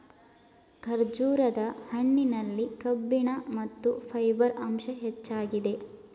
ಖರ್ಜೂರದ ಹಣ್ಣಿನಲ್ಲಿ ಕಬ್ಬಿಣ ಮತ್ತು ಫೈಬರ್ ಅಂಶ ಹೆಚ್ಚಾಗಿದೆ